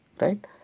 Right